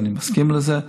ואני מסכים לזה,